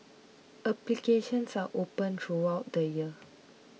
applications are open throughout the year